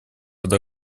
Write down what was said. здесь